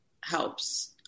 helps